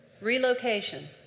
Relocation